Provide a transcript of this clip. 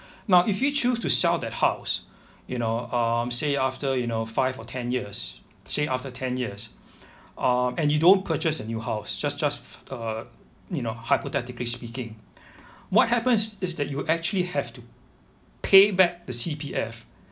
now if you choose to sell that house you know um say after you know five or ten years say after ten years um and you don't purchase a new house just just err you know hypothetically speaking what happens is that you actually have to payback the C_P_F